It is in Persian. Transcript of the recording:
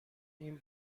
این